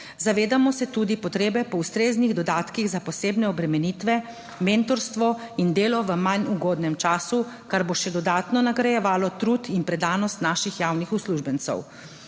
Zavedamo se tudi potrebe po ustreznih dodatkih za posebne obremenitve, mentorstvo in delo v manj ugodnem času, kar bo še dodatno nagrajevalo trud in predanost naših javnih uslužbencev.